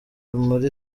muri